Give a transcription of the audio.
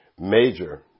major